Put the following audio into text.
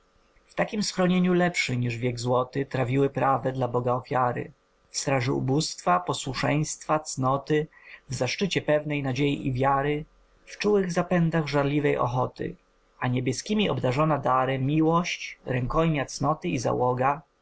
takiem schronieniu lepszy niż wiek złoty trawiły prawe dla boga ofiary w straży ubóstwa posłuszeństwa cnoty w zaszczycie pewnej nadziei i wiary w czułych zapędach żarliwej ochoty a niebieskiemi obdarzona dary miłość rękojmia cnoty i załoga